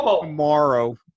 tomorrow